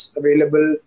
available